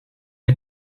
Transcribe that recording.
est